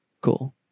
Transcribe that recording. Cool